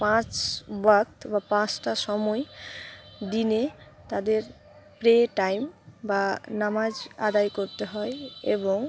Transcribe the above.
পাঁচ ওয়াক্ত বা পাঁচটা সময় দিনে তাদের প্রে টাইম বা নামাজ আদায় করতে হয় এবং